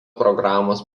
programos